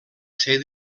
ser